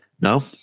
No